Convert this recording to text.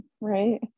right